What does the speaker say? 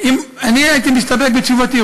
אני הייתי מסתפק בתשובתי.